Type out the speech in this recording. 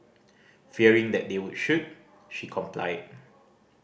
fearing that they would shoot she complied